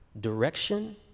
direction